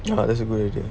ah that's a good idea